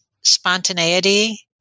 spontaneity